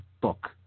book